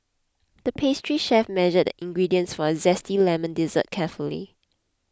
the pastry chef measured the ingredients for a Zesty Lemon Dessert carefully